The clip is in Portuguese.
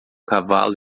cavalo